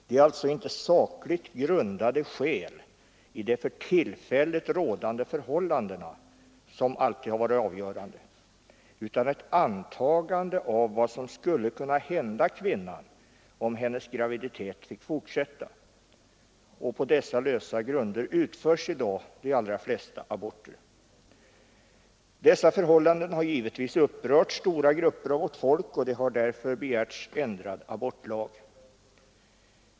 Det är alltså inte sakligt grundade skäl i de för tillfället rådande förhållandena som alltid har varit avgörande utan ett antagande av vad som skulle kunna hända kvinnan, om hennes graviditet fick fortsätta. På dessa lösa grunder utförs i dag de allra flesta aborter. Dessa förhållanden har givetvis upprört stora grupper av vårt folk, och det har därför begärts en ändrad abortlag.